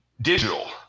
digital